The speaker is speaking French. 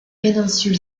péninsule